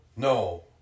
No